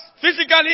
physically